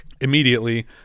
immediately